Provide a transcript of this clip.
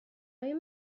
آیا